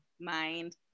mind